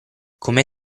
come